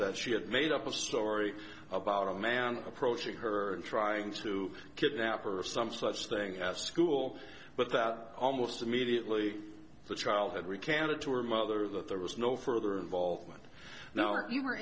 that she had made up a story about a man approaching her and trying to kidnap her or some such thing as school but that almost immediately the child had recanted to her mother that there was no further involvement now or you were